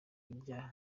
ibyaha